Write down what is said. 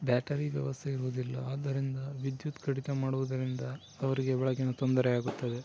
battery ವ್ಯವಸ್ಥೆ ಇರುವುದಿಲ್ಲ ಆದ್ದರಿಂದ ವಿದ್ಯುತ್ ಕಡಿತ ಮಾಡುವುದರಿಂದ ಅವರಿಗೆ ಬೆಳಕಿನ ತೊಂದರೆ ಆಗುತ್ತದೆ